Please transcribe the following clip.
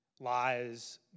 lies